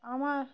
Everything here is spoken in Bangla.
আমার